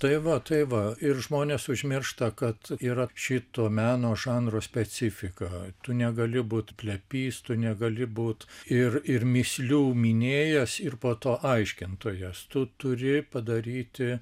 tai va tai va ir žmonės užmiršta kad yra šito meno žanro specifika tu negali būt plepys tu negali būt ir ir mįslių minėjas ir po to aiškintojas tu turi padaryti